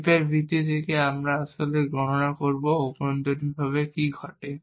হিপের ভিত্তি থেকে এবং আমরা আসলে গণনা করব অভ্যন্তরীণভাবে কী ঘটে